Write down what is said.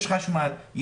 יש חשמל,